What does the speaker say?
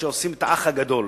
שעושות את "האח הגדול",